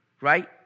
right